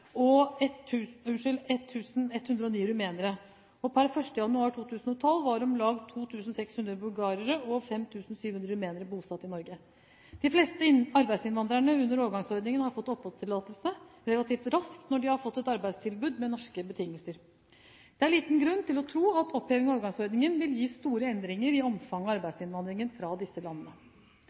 rumenere, og per 1. januar 2012 var om lag 2 600 bulgarere og 5 700 rumenere bosatt i Norge. De fleste arbeidsinnvandrerne under overgangsordningene har fått oppholdstillatelse relativt raskt når de har fått et arbeidstilbud med norske betingelser. Det er liten grunn til å tro at oppheving av overgangsordningene vil gi store endringer i omfanget av arbeidsinnvandringen fra disse landene.